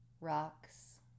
rocks